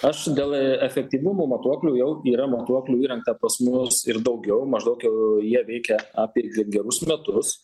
aš dėl efektyvumo matuoklių jau yra matuoklių įrengta pas mus ir daugiau maždaug jau jie veikia apie gerus metus